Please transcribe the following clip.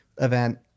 event